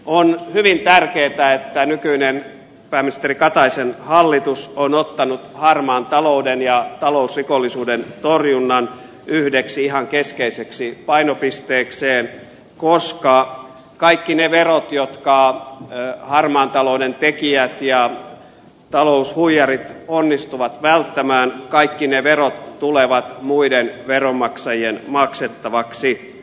on hyvin tärkeätä että nykyinen pääministeri kataisen hallitus on ottanut harmaan talouden ja talousrikollisuuden torjunnan yhdeksi ihan keskeiseksi painopisteekseen koska kaikki ne verot jotka harmaan talouden tekijät ja taloushuijarit onnistuvat välttämään tulevat muiden veronmaksajien maksettavaksi